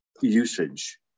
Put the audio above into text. usage